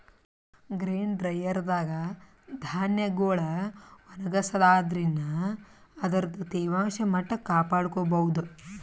grain dryer ದಾಗ್ ಧಾನ್ಯಗೊಳ್ ಒಣಗಸಾದ್ರಿನ್ದ ಅದರ್ದ್ ತೇವಾಂಶ ಮಟ್ಟ್ ಕಾಪಾಡ್ಕೊಭೌದು